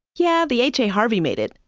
yeah, the h a. harvey made it,